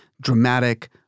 dramatic